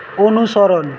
অনুসরণ